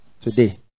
Today